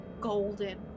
golden